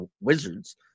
Wizards